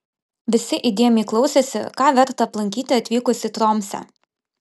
visi įdėmiai klausėsi ką verta aplankyti atvykus į tromsę